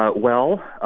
ah well, ah